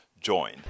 join